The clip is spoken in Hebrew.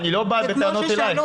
אני לא בא בטענות אלייך.